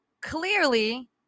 Clearly